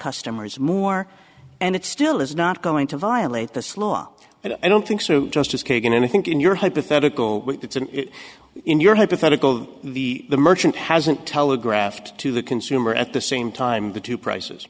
customers more and it still is not going to violate this law i don't think so justice kagan and i think in your hypothetical it's an it in your hypothetical the the merchant hasn't telegraphed to the consumer at the same time the two prices